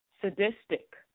sadistic